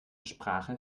sprache